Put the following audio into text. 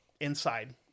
inside